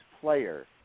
player